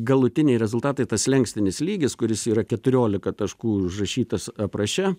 galutiniai rezultatai tas slenkstinis lygis kuris yra keturiolika taškų užrašytas apraše